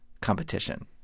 competition